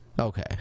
Okay